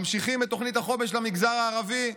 ממשיכים את תוכנית החומש למגזר הערבי.